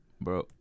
bro